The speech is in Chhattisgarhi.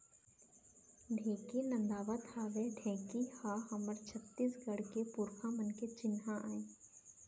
ढेंकी नदावत हावय ढेंकी ह हमर छत्तीसगढ़ के पुरखा मन के चिन्हा आय